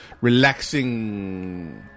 relaxing